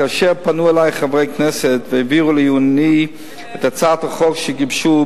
כאשר פנו אלי חברי כנסת והעבירו לעיוני את הצעת החוק שגיבשו,